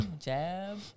Jab